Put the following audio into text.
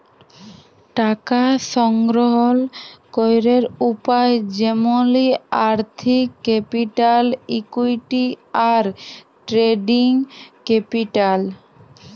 টাকা সংগ্রহল ক্যরের উপায় যেমলি আর্থিক ক্যাপিটাল, ইকুইটি, আর ট্রেডিং ক্যাপিটাল